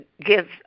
give